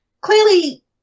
clearly